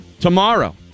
Tomorrow